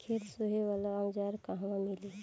खेत सोहे वाला औज़ार कहवा मिली?